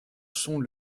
sont